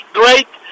great